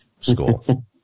school